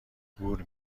گور